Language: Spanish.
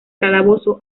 calabozo